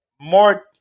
more